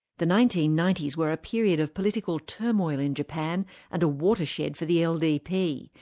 the nineteen ninety s were a period of political turmoil in japan and a watershed for the ldp.